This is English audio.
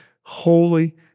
holy